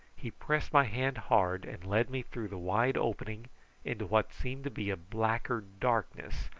he pressed my hand hard and led me through the wide opening into what seemed to be a blacker darkness,